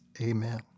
Amen